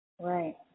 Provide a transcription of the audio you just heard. Right